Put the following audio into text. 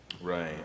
Right